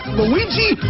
luigi